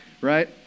right